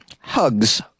Hugs